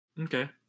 Okay